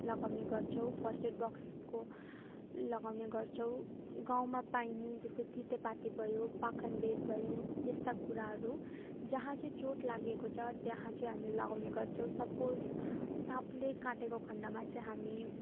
लगाउने गर्छौँ first aid बक्सको लगाउने गर्छौँ गाउँमा पाइने जस्तै तितेपाती भयो पाखन बेत भयो यस्ता कुराहरू जहाँ चाहिँ चोट लागेको छ त्यहाँ चाहिँ हामी लगाउने गर्छौँ सपोज साँपले काटेको खण्डमा चाहिँ हामी